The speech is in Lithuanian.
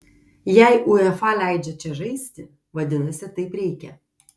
jei uefa leidžia čia žaisti vadinasi taip reikia